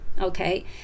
Okay